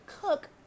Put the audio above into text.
cook